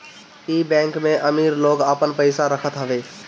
इ बैंक में अमीर लोग आपन पईसा रखत हवे